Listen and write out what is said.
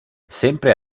sempre